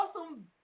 awesome